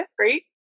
right